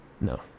No